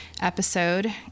episode